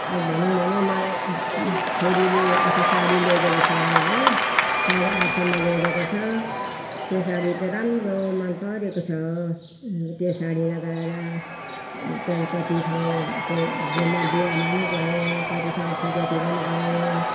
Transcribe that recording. अब भनौँ भने मलाई छोरीले अस्ति साडी ल्याइदिएको छ हो साढे आठ सौमा ल्याइदिएको छ त्यो साडी त राम्रो मनपरेको छ त्यो साडी लगाएर कति ठाउँ उमा बिहामा पनि गएँ कति कति ठाउँ पूजातिर पनि गएँ